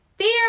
Fear